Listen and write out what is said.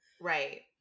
Right